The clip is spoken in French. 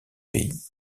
pays